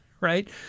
right